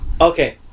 Okay